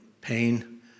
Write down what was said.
pain